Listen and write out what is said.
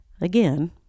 again